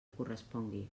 correspongui